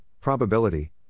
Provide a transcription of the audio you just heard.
probability